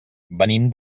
venim